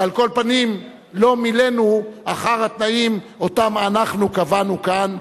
ועל כל פנים לא מילאנו אחר התנאים שקבענו כאן,